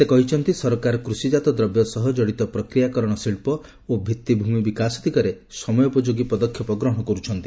ସେ କହିଛନ୍ତି ସରକାର କୃଷିଜାତ ଦ୍ରବ୍ୟ ସହ ଜଡ଼ିତ ପ୍ରକ୍ରିୟାକରଣ ଶିଳ୍ପ ଓ ଭିଭିଭ୍ବମି ବିକାଶ ଦିଗରେ ସମୟୋପଯୋଗୀ ପଦକ୍ଷେପ ଗ୍ରହଣ କର୍ଚ୍ଚନ୍ତି